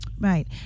Right